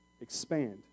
Expand